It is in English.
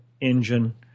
engine